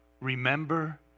remember